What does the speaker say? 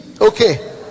Okay